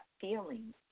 feeling